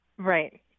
Right